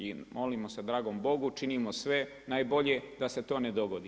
I molimo se dragom Bogu, činimo sve najbolje da se to ne dogodi.